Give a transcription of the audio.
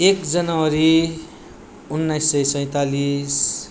एक जनवरी उन्नाइस सय सैँतालिस